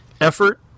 effort